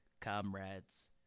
comrades